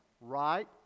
right